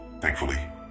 thankfully